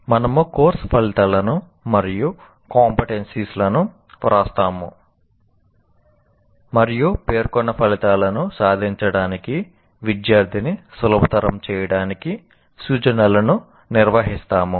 మనము కోర్సు ఫలితాలను మరియు కంపెటెన్సిస్ లను వ్రాస్తాము మరియు పేర్కొన్న ఫలితాలను సాధించడానికి విద్యార్థిని సులభతరం చేయడానికి సూచనలను నిర్వహిస్తాము